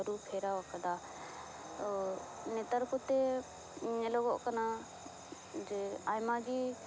ᱟᱹᱨᱩ ᱯᱷᱮᱨᱟᱣ ᱟᱠᱟᱫᱟ ᱚᱸ ᱱᱮᱛᱟᱨ ᱠᱚᱛᱮ ᱧᱮᱞᱚᱜᱚᱜ ᱠᱟᱱᱟ ᱡᱮ ᱟᱭᱢᱟ ᱜᱮ